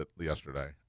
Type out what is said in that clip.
yesterday